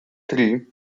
три